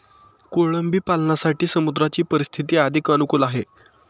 कोळंबी पालनासाठी समुद्राची परिस्थिती अधिक अनुकूल आहे